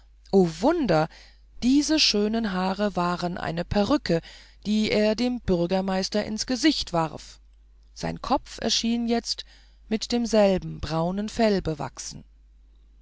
wunder diese schönen haare waren eine perücke die er dem bürgermeister ins gesicht warf und sein kopf erschien jetzt mit demselben braunen fell bewachsen